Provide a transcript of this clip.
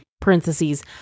parentheses